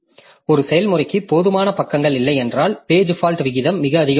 ஒரு செயல்முறைக்கு போதுமான பக்கங்கள் இல்லையென்றால் பேஜ் ஃபால்ட் விகிதம் மிக அதிகமாகிறது